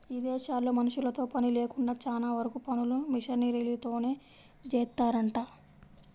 ఇదేశాల్లో మనుషులతో పని లేకుండా చానా వరకు పనులు మిషనరీలతోనే జేత్తారంట